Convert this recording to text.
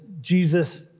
Jesus